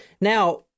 Now